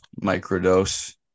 microdose